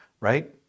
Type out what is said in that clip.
right